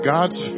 God's